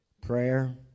Prayer